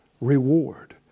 reward